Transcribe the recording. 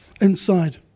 inside